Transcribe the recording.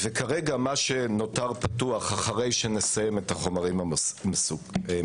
כרגע מה שנותר פתוח אחרי שנסיים את החומרים המסוכנים